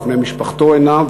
ובני משפחתו אינם,